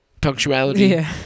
punctuality